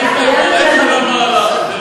לכן צריך לברך על המהלך הזה,